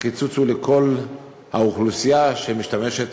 הקיצוץ הוא לכל האוכלוסייה שמשתמשת